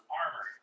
armor